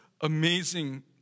amazing